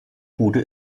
bude